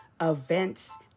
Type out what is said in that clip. events